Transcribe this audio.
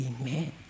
Amen